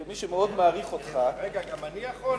כמי שמאוד מעריך אותך, רגע, גם אני יכול?